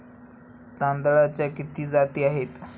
तांदळाच्या किती जाती आहेत?